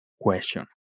question